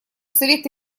совет